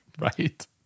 Right